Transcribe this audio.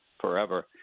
Forever